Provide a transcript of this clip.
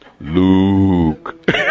Luke